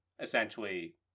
essentially